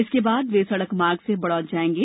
इसके बाद से वे सड़क मार्ग से बड़ौद जाएंगे